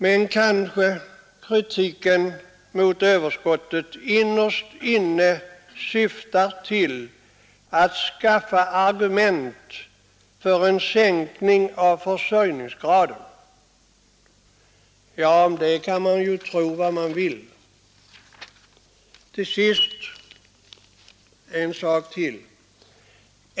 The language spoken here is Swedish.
Men kanske kritiken mot överskottet innerst inne syftar till att skaffa argument för en sänkning av försörjningsgraden. Ja, därom kan man tro vad man vill. Till sist en sak till.